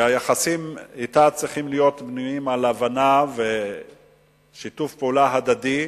שהיחסים אתה צריכים להיות בנויים על הבנה ושיתוף פעולה הדדי,